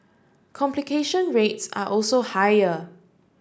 complication rates are also higher